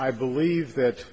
i believe that